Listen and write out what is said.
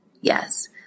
Yes